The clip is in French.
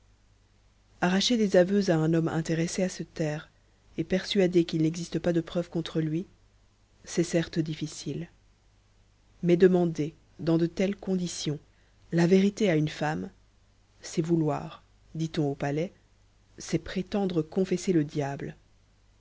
arracher des aveux à un homme intéressé à se taire et persuadé qu'il n'existe pas de preuves contre lui c'est certes difficile mais demander dans de telles conditions la vérité à une femme c'est vouloir dit-on au palais c'est prétendre confesser le diable